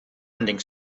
ending